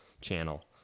channel